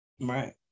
right